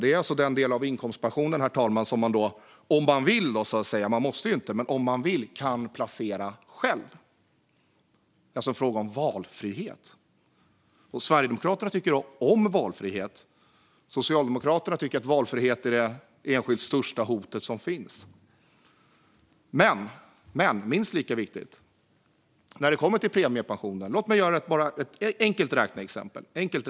Det är alltså den del av inkomstpensionen, herr talman, som man om man vill - man måste inte - kan placera själv. Det är alltså en fråga om valfrihet. Sverigedemokraterna tycker om valfrihet. Socialdemokraterna tycker att valfrihet är det enskilt största hotet som finns. Låt mig göra ett enkelt räkneexempel.